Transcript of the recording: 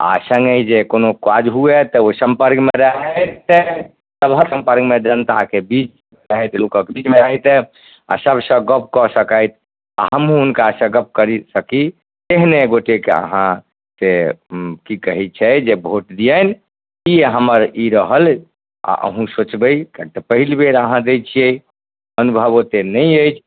आ संगे जे कोनो काज हुए तऽ ओ संपर्कमे रहैत सभक संपर्कमे जनताके बीच रहथि लोकक बीजमे रहिके आ सभ सऽ गप कऽ सकथि आ हमहुँ हुनका सऽ गप कऽ सकी एहने गोटेके अहाँ से की कहै छै जे भोट दियैनि ई हमर ई रहल आ अहूँ सोचबै तऽ पहिल बेर अहाँ दै छियै अनुभव ओते नहि अछि